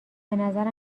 نظرم